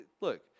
look